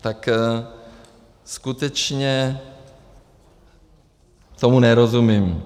Tak skutečně tomu nerozumím.